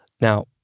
Now